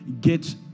get